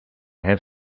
have